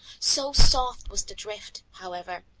so soft was the drift, however,